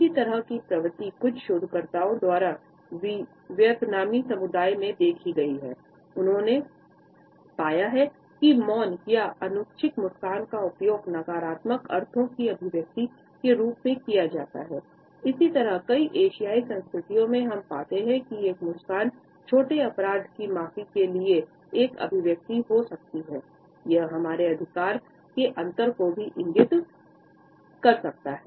इसी तरह की प्रवृत्ति कुछ शोधकर्ताओं द्वारा वियतनामी समुदाय में देखि गई है जहां उन्होंने पाया है कि मौन या कई एशियाई संस्कृतियों में हम पाते हैं कि एक मुस्कान छोटे अपराध की माफी के लिए एक अभिव्यक्ति हो सकती है यह हमारे अधिकार के अंतर को भी इंगित कर सकता है